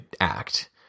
act